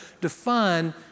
define